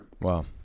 Wow